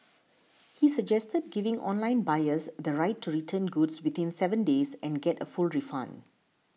he suggested giving online buyers the right to return goods within seven days and get a full refund